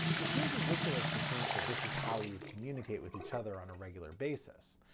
it seems ridiculous to think that this is how we would communicate with each other on a regular basis.